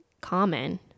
common